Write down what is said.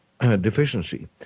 deficiency